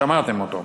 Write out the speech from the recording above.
שמעתם אותו,